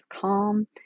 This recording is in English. calm